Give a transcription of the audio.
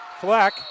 Fleck